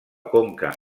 conca